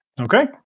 Okay